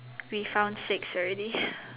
we found six already